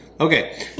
Okay